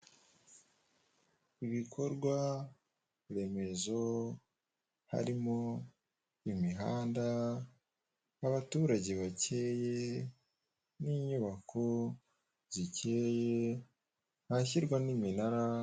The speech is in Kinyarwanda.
Ibikorwaremezo harimo imihanda, abaturage bakeye, n'inyubako zikeye, ahashyirwa n'iminara.